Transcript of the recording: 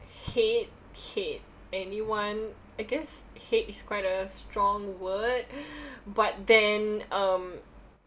hate hate anyone I guess hate is quite a strong word but then um